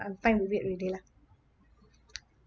I'm fine with it already lah